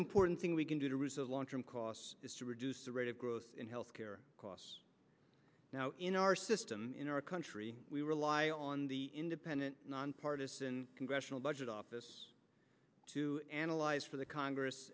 important thing we can do to resolve long term costs is to reduce the rate of growth in health care costs now in our system in our country we rely on the independent nonpartisan congressional budget office to analyze for the congress